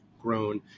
grown